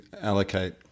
allocate